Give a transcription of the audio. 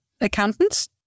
accountants